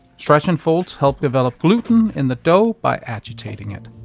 stretch and folds help develop gluten in the dough by agitating it.